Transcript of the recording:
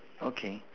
okay